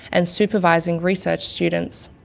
and supervising research students.